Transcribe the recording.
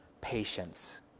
patience